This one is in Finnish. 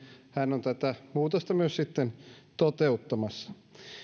hän on tätä muutosta myös toteuttamassa